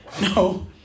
no